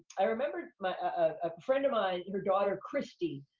i remembered a friend of mine, her daughter christy,